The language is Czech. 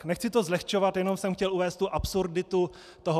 Nechci to zlehčovat, jenom jsem chtěl uvést tu absurditu toho.